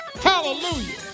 Hallelujah